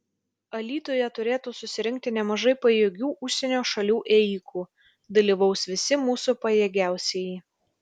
alytuje turėtų susirinkti nemažai pajėgių užsienio šalių ėjikų dalyvaus visi mūsų pajėgiausieji